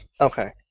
Okay